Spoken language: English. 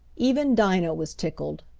even dinah was tickled.